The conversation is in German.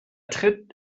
tritt